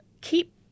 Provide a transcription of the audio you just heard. keep